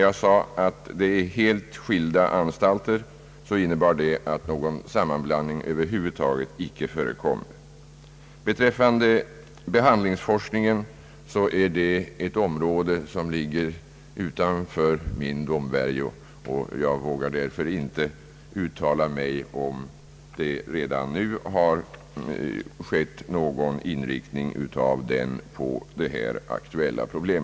Jag sade att det är helt skilda anstalter, och det innebär att någon sammanblandning över huvud taget icke förekommer. Beträffande behandlingsforskningen så är det ett område som ligger utanför min domvärjo. Jag vågar därför inte uttala mig om det redan nu har skett någon inriktning av den på detta aktuella problem.